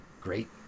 great